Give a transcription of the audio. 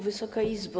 Wysoka Izbo!